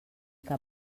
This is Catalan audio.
que